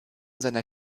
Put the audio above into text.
seiner